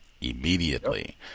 immediately